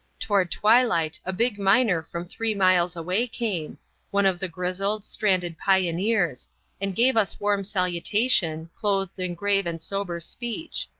toward twilight a big miner from three miles away came one of the grizzled, stranded pioneers and gave us warm salutation, clothed in grave and sober speech.